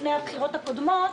לפני הבחירות הקודמות,